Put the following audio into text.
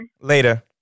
later